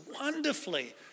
wonderfully